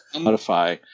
modify